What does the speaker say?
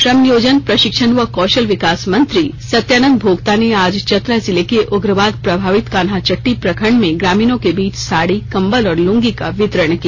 श्रम नियोजन प्रशिक्षण व कौशल विकास मंत्री सत्यानंद भोक्ता ने आज चतरा जिले के उग्रवाद प्रभावित कान्हाचट्टी प्रखंड में ग्रामीणों के बीच साड़ी कबंल और लूंगी का वितरण किया